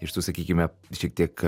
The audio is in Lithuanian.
iš tų sakykime šiek tiek